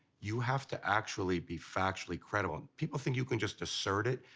you have to actually be factually credible. people think you can just assert it.